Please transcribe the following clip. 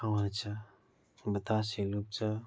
ठाउँहरू छ बतासे लुप छ